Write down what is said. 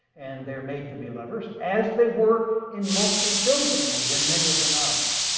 and they're made to be lovers as they were in most of the films that were made, and many of the novels.